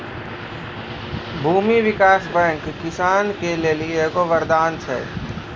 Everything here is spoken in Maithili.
भूमी विकास बैंक किसानो के लेली एगो वरदान छै